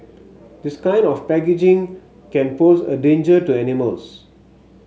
this kind of packaging can pose a danger to animals